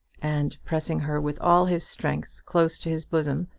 and pressing her with all his strength close to his bosom,